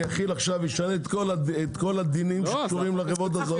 אשנה עכשיו את כל הדינים קשורים לחברות הזרות.